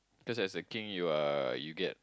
because as a king you're you'll get